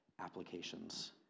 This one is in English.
applications